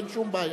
אין שום בעיה.